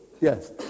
yes